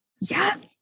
Yes